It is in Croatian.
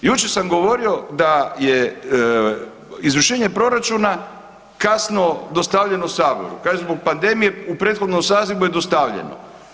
Jučer sam govorio da je izvršenje proračuna kasno dostavljeno saboru, kaže zbog pandemije, u prethodnom sazivu je dostavljeno.